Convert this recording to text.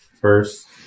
First